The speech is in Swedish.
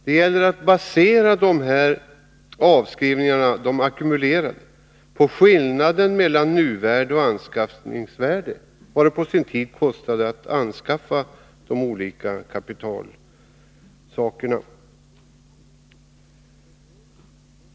Det gäller att basera de ackumulerade avskrivningarna på skillnaden mellan nuvärde och anskaffningsvärde, dvs. vad det på sin tid kostade att anskaffa de olika kapitalsakerna.